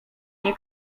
nie